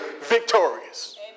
victorious